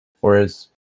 Whereas